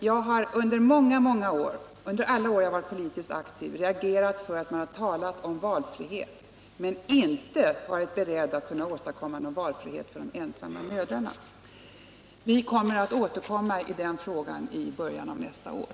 Jag har under alla år som jag har varit politiskt aktiv reagerat för att man har talat om valfrihet, men inte varit beredd att åstadkomma någon valfrihet för de ensamma mödrarna. Vi skall återkomma i den frågan i början av nästa år.